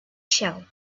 shell